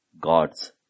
God's